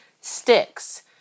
sticks